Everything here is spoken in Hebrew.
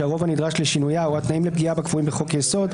שהרוב הנדרש לשינויה או התנאים לפגיעה בה קבועים בחוק-יסוד.